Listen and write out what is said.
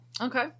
Okay